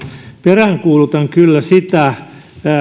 peräänkuulutan kyllä täällä